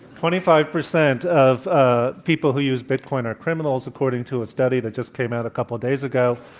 twenty five percent of ah people who use bitcoin are criminals, according to a study that just came out a couple days ago.